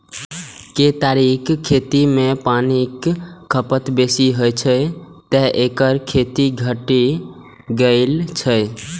केतारीक खेती मे पानिक खपत बेसी होइ छै, तें एकर खेती घटि गेल छै